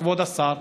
כבוד השר,